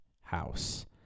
house